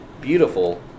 beautiful